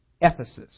Ephesus